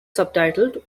subtitled